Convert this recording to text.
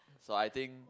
so I think